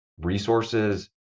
resources